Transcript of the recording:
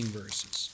verses